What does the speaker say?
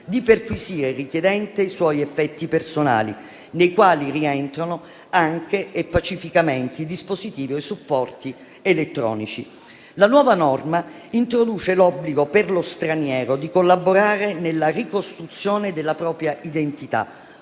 di perquisire il richiedente ed i suoi effetti personali, nei quali rientrano anche e pacificamente i dispositivi o i supporti elettronici. La nuova norma introduce l'obbligo per lo straniero di collaborare nella ricostruzione della propria identità,